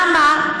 למה?